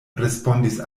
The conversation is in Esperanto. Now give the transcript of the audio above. respondis